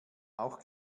auch